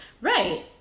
Right